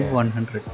100